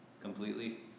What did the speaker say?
Completely